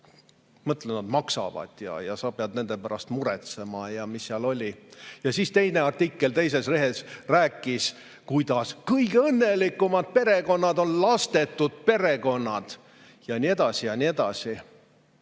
– nad maksavad ja sa pead nende pärast muretsema ja mis seal veel oli. Ja siis teine artikkel teises lehes rääkis, kuidas kõige õnnelikumad perekonnad on lastetud perekonnad. Ja nii edasi ja nii edasi.